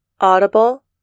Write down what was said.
Audible